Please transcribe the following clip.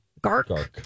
gark